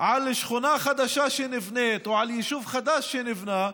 על שכונה חדשה שנבנית או על יישוב חדש שנבנה,